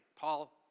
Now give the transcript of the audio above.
Paul